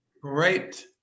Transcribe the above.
Great